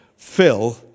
Phil